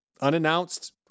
unannounced